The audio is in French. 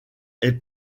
est